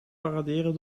paraderen